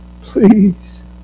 please